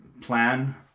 plan